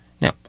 now